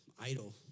idol